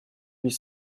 huit